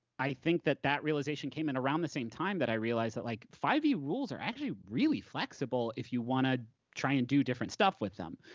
i think that that realization came in around the same time that i realized that like five e rules are actually really flexible if you wanna try and do different stuff with them.